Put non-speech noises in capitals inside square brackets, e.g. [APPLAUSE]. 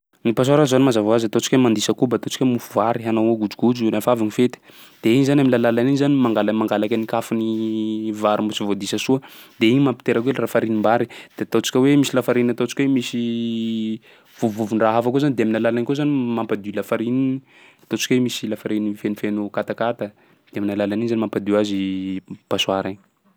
Ny passoire zany mazava hoazy ataontsika hoe mandisa koba, ataontsika hoe mofo vary, hanao godrogodro lafa avy gny fety de igny zany, amin'ny alalan'igny zany mangala- mangalaky ny kafin'ny [HESITATION] [NOISE] vary mbô tsy voadisa soa de igny mampiteraky hoe lafarinim-bary de ataontsika hoe misy lafariny ataontsika hoe misy [HESITATION] [NOISE] vovovovon-draha hafa koa zany de amin'ny alalan'igny koa zany mampadio lafariny, ataontsika hoe misy lafariny fenofeno katakata de amin'ny alalan'igny zany mampadio azy i passoire igny.